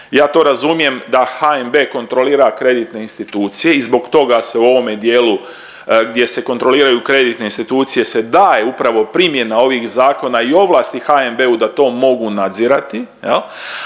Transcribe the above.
Ja to razumijem da HNB kontrolira kreditne institucije i zbog toga se u ovome dijelu gdje se kontroliraju kreditne institucije se daje upravo primjena ovih zakona i ovlasti HNB-u da to mogu nadzirati,